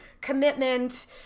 commitment